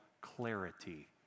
clarity